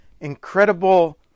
incredible